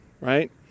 right